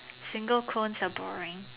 single cones are boring